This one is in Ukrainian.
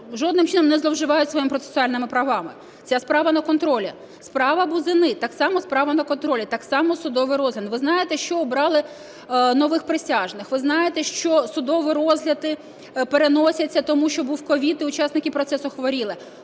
жодним чином не зловживають своїми процесуальними правами. Ця справа на контролі. Справа Бузини – так само справа на контролі, так само судовий розгляд. Ви знаєте, що обрали нових присяжних. Ви знаєте, що судові розгляди переносяться, тому що був COVID і учасники процесу хворіли.